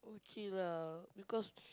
okay lah because